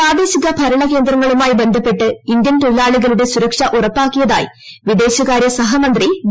പ്രാദേശിക ഭരണകേന്ദ്രങ്ങളുമായി ബന്ധപ്പെട്ട് ഇന്ത്യൻ തൊഴിലാളികളുടെ സുരക്ഷ ഉറപ്പാക്കിയതായി വിദേശകാരൃസഹമന്ത്രി വി